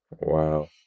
Wow